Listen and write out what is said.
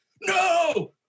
no